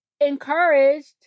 encouraged